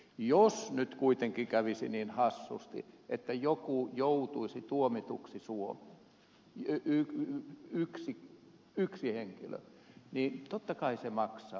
jos nyt kuitenkin kävisi niin hassusti että joku joutuisi tuomituksi suomessa yksi henkilö niin totta kai se maksaa